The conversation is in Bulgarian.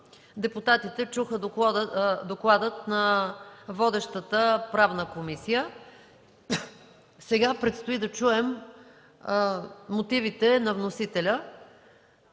депутатите чуха доклада на водещата Правна комисия. Сега предстои да чуем мотивите на вносителя,